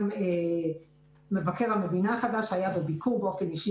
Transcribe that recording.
גם מבקר המדינה החדש היה בביקור באופן אישי